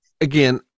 again